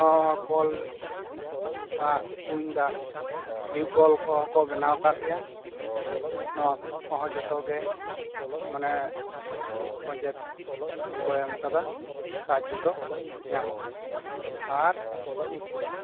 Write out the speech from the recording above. ᱡᱮᱢᱚᱱ ᱟᱛᱳ ᱨᱮᱦᱚᱸ ᱠᱚᱞ ᱫᱟᱜ ᱠᱩᱧ ᱫᱟᱜ ᱴᱤᱭᱩ ᱠᱚᱞ ᱠᱚᱦᱚᱸ ᱠᱚ ᱵᱮᱱᱟᱣ ᱠᱟᱜ ᱞᱮᱭᱟ ᱱᱚᱣᱟ ᱠᱚᱦᱚᱸ ᱡᱚᱛᱚᱜᱮ ᱯᱚᱧᱪᱟᱭᱮᱛ ᱠᱷᱚᱱ ᱠᱚ ᱮᱢ ᱠᱟᱫᱟ ᱥᱟᱦᱟᱡᱽᱡᱚ ᱫᱚ ᱧᱟᱢᱚᱜ ᱠᱟᱱᱟ ᱟᱨ